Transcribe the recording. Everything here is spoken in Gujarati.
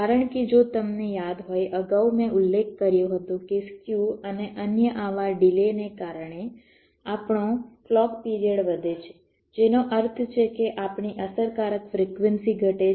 કારણ કે જો તમને યાદ હોય અગાઉ મેં ઉલ્લેખ કર્યો હતો કે સ્ક્યુ અને અન્ય આવા ડિલેને કારણે આપણો ક્લૉક પિરિયડ વધે છે જેનો અર્થ છે કે આપણી અસરકારક ફ્રિક્વન્સી ઘટે છે